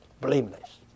blameless